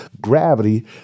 gravity